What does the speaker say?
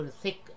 thick